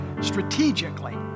strategically